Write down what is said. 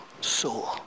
soul